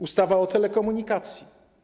Ustawa o telekomunikacji.